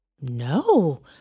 No